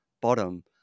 bottom